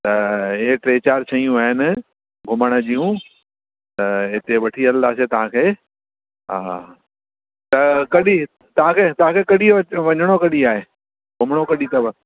त इहे टे चार शयूं आहिनि घुमणु जूं त हिते वठी हलंदासी तव्हांखे हा त कॾहिं तव्हांखे तव्हांखे कॾहिं वञिणो कॾहिं आहे घुमिणो कॾहिं अथव